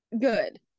good